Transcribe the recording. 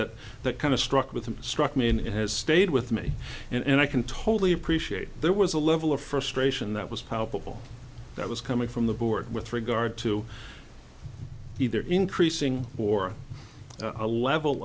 that that kind of struck with him struck me and it has stayed with me and i can totally appreciate there was a level of frustration that was palpable that was coming from the board with regard to either increasing or a level